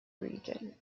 region